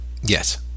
Yes